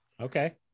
okay